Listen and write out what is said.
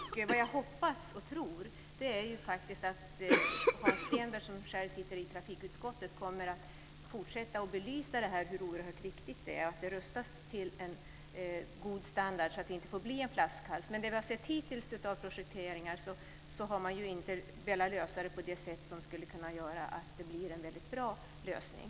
Jag hoppas och tror att Hans Stenberg, som själv sitter i trafikutskottet, kommer att fortsätta att belysa hur oerhört viktigt det är att banan rustas till en god standard. Det får inte bli en flaskhals. Det vi har sett hittills av projekteringar har inte visat att man vill ge detta en väldigt bra lösning.